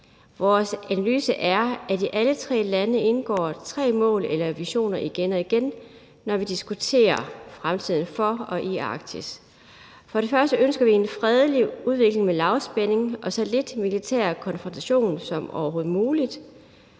Vores analyse er, at i alle tre lande indgår tre mål eller visioner igen og igen, når vi diskuterer fremtiden for og i Arktis. For det første ønsker vi en fredelig udvikling med lavspænding og så lidt militær konfrontation, som overhovedet muligt.